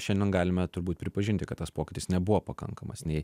šiandien galime turbūt pripažinti kad tas pokytis nebuvo pakankamas nei